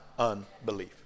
unbelief